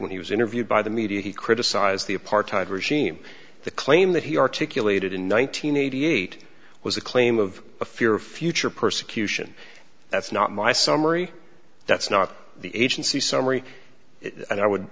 when he was interviewed by the media he criticized the apartheid regime the claim that he articulated in one thousand nine hundred eighty eight was a claim of a fear of future persecution that's not my summary that's not the agency summary and i would